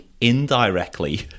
indirectly